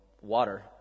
water